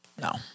No